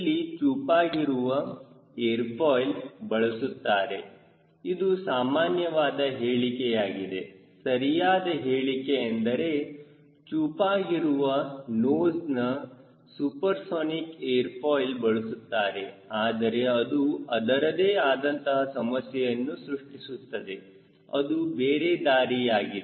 ಇಲ್ಲಿ ಚೂಪಾಗಿರುವ air foil ಬಳಸುತ್ತಾರೆ ಇದು ಸಾಮಾನ್ಯವಾದ ಹೇಳಿಕೆಯಾಗಿದೆ ಸರಿಯಾದ ಹೇಳಿಕೆ ಎಂದರೆ ಚೂಪಾಗಿರುವ ನೋಸ್ನ ಸೂಪರ್ಸೋನಿಕ್ ಏರ್ ಫಾಯ್ಲ್ ಬಳಸುತ್ತಾರೆಆದರೆ ಅದು ಅದರದೇ ಆದಂತಹ ಸಮಸ್ಯೆಯನ್ನು ಸೃಷ್ಟಿಸುತ್ತದೆ ಅದು ಬೇರೆ ದಾರಿಯಾಗಿದೆ